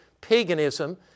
paganism